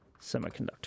semiconductor